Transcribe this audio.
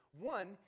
One